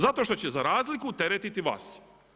Zato što će za razliku teretiti vas.